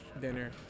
dinner